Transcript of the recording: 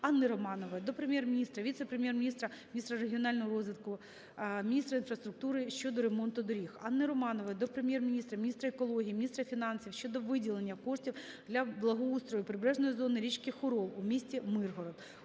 Анни Романової до Прем'єр-міністра, Віце-прем’єр-міністра - міністра регіонального розвитку, міністра інфраструктури щодо ремонту доріг. Анни Романової до Прем'єр-міністра, міністра екології, міністра фінансів щодо виділення коштів для благоустрою прибережної зони річки Хорол у місті Миргород.